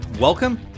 welcome